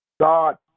God